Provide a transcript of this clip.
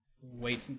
Wait